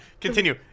Continue